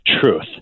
truth